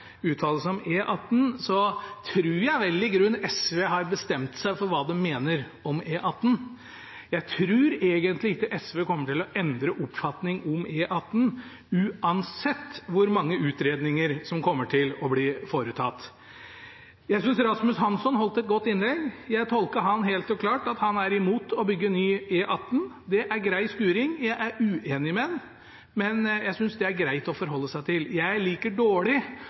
uttale seg om E18, tror jeg vel i grunnen at SV har bestemt seg for hva de mener om E18. Jeg tror egentlig ikke SV kommer til å endre oppfatning om E18 uansett hvor mange utredninger som kommer til å bli foretatt. Jeg synes Rasmus Hansson holdt et godt innlegg. Jeg tolker ham helt klart slik at han er imot å bygge ny E18. Det er grei skuring. Jeg er uenig med ham, men jeg synes det er greit å forholde seg til